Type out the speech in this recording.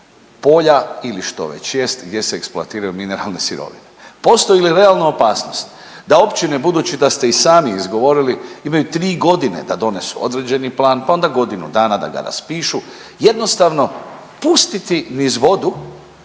polja ili što već jest gdje se eksploatiraju mineralne sirovine. Postoji li realna opasnost da općine budući da ste i sami izgovorili imaju tri godine da donesu određeni plan, pa onda godinu dana da ga raspišu jednostavno pustiti niz vodu